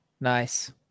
Nice